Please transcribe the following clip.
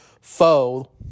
foe